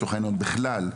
בכלל,